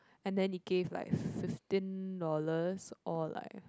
and then it gave like fifteen dollars or like